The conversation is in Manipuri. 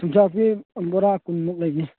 ꯊꯨꯝ ꯊꯥꯛꯄꯤ ꯕꯣꯔꯥ ꯀꯨꯟꯃꯨꯛ ꯂꯩꯅꯤ